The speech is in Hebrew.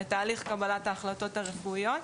לתהליך קבלת ההחלטות הרפואיות,